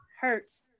hurts